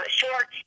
short